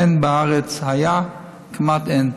אין בארץ, היה וכמעט אין.